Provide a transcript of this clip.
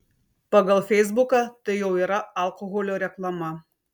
pagal feisbuką tai jau yra alkoholio reklama